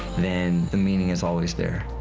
then the meaning is always there.